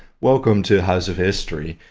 welcome to house of history.